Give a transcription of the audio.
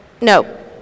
no